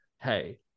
hey